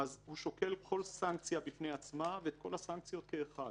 הוא שוקל כל סנקציה בפני עצמה ואת כל הסנקציות כאחד.